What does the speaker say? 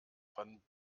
von